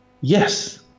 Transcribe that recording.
Yes